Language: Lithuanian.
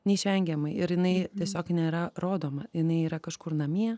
neišvengiamai ir jinai tiesiog nėra rodoma jinai yra kažkur namie